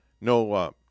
No